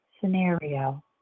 scenario